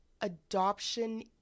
adoption